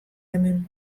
hemen